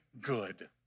good